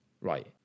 Right